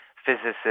physicists